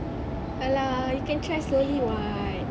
!alah! you can try slowly [what]